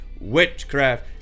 witchcraft